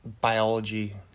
biology